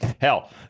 hell